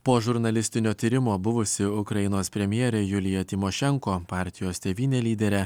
po žurnalistinio tyrimo buvusi ukrainos premjerė julija tymošenko partijos tėvynė lyderė